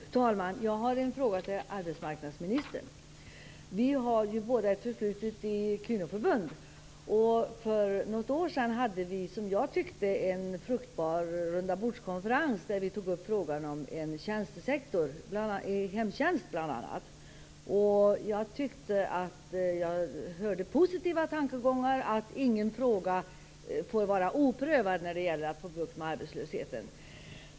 Fru talman! Jag har en fråga till arbetsmarknadsministern. Vi har båda ett förflutet i kvinnoförbund, och för något år sedan hade vi en, som jag tyckte, fruktbar rundabordskonferens där vi tog upp frågan om en tjänstesektor, bl.a. hemtjänst. Jag tyckte att jag hörde positiva tankegångar om att ingen fråga får vara oprövad när det gäller att få bukt med arbetslösheten.